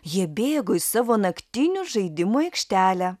jie bėgo į savo naktinių žaidimų aikštelę